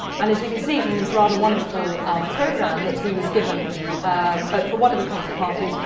and as you can see from this rather wonderful programme that he was given but for one of the concert parties,